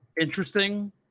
interesting